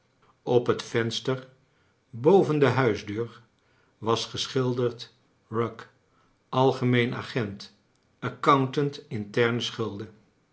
op het venster boven de huisdeur was geschilderd eugg a lg em een agent accountant int